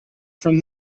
from